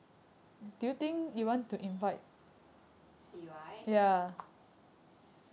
phee wai